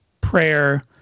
prayer